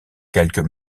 quelques